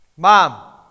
Mom